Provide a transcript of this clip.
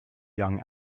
young